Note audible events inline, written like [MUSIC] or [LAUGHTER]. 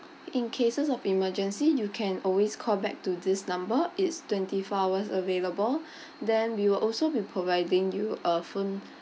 in cases of emergency you can always call back to this number it's twenty four hours available [BREATH] then we will also be providing you a phone